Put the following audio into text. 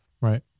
right